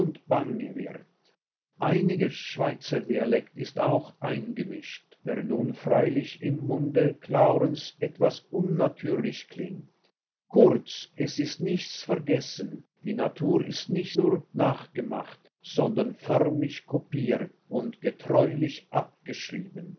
wird einiger schweizerdialekt ist auch eingemischt der nun freilich im munde claurens etwas unnatürlich klingt kurz es ist nichts vergessen die natur ist nicht nur nachgeahmt sondern förmlich kopiert und getreulich abgeschrieben